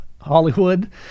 Hollywood